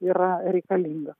yra reikalinga